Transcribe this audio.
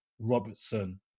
Robertson